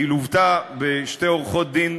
היא לוותה בשתי עורכות-דין,